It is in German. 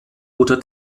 oder